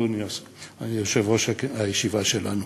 אדוני יושב-ראש הישיבה שלנו?